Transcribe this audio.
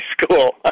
school